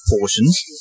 portions